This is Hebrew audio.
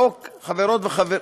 החוק, חברות וחברים,